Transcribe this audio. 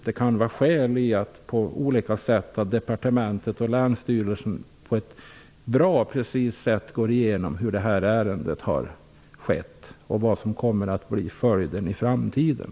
Det kan finnas skäl för departementet och länsstyrelsen att på ett bra och precist sätt gå igenom hur det här ärendet har hanterats och vad som kommer att bli följden i framtiden.